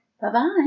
Bye-bye